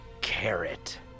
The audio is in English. carrot